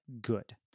good